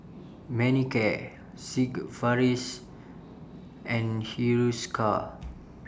Manicare Sigvaris and Hiruscar